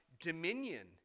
dominion